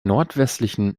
nordwestlichen